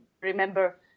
remember